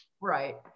Right